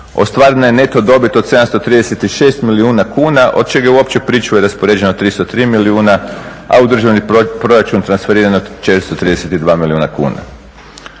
Ostvarena je neto dobit od 736 milijuna kuna od čega je u opće pričuve raspoređena 303 milijuna, a u državni proračun transferirano 432 milijuna kuna.